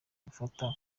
gufata